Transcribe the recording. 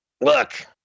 look